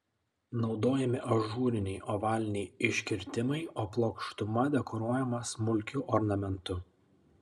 naudojami ažūriniai ovaliniai iškirtimai o plokštuma dekoruojama smulkiu ornamentu